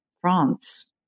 France